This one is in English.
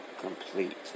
complete